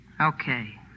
Okay